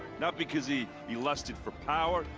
not because he. he lusted for power.